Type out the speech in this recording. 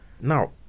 Now